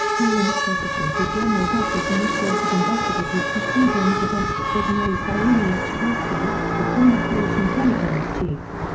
poland's prosecutor general's office initiated investigative proceedings against zbigniew siemiatkowski, the former polish intelligence chief.